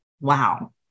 wow